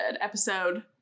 episode